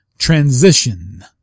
transition